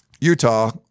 Utah